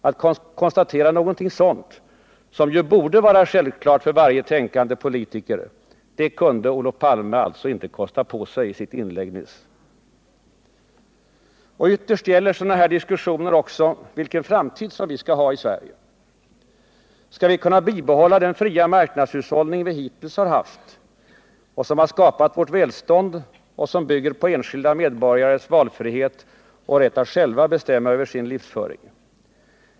Att konstatera någonting sådant, som borde vara självklart för varje tänkande politiker, kunde Olof Palme alltså inte kosta på sig i sitt inlägg nyss. Ytterst gäller sådana här diskussioner vilken framtid vi skall ha i Sverige. Skall vi kunna bibehålla den fria marknadshushållning vi hittills haft, som skapat vårt välstånd och som bygger på enskilda medborgares valfrihet och rätt att själva bestämma över sin livsföring?